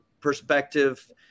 perspective